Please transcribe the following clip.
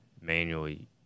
manually